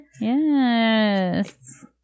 Yes